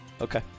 Okay